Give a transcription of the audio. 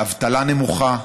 באבטלה נמוכה,